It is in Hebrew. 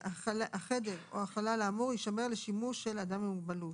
(א)החדר או החלל האמור יישמר לשימוש של אדם עם מוגבלות,